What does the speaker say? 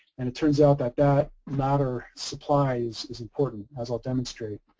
and it turns out that that matter supplies is important as i'll demonstrated.